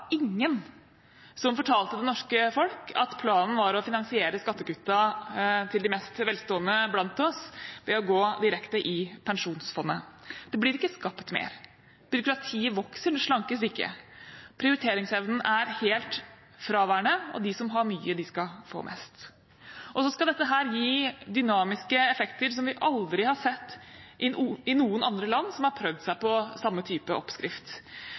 ingen som fortalte det norske folk at planen var å finansiere skattekuttene til de mest velstående blant oss ved å gå direkte i pensjonsfondet. Det blir ikke skapt mer. Byråkratiet vokser, det slankes ikke. Prioriteringsevnen er helt fraværende, og de som har mye, skal få mest. Så skal dette gi dynamiske effekter som vi aldri har sett i noen andre land som har prøvd seg på samme type oppskrift.